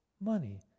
money